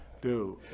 dude